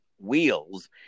Wheels